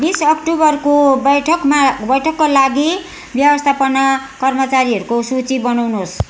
बिस अक्टोबरको बैठकमा बैठकका लागि व्यवस्थापना कर्मचारीहरूको सूची बनाउनुहोस्